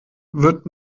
wird